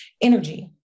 energy